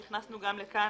הכנסנו גם לכאן